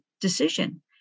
decision